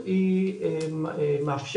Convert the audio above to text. כל הפעילויות שמניתי הן פעילויות